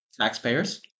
taxpayers